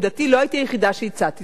לא הייתי היחידה שהצעתי זאת,